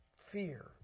fear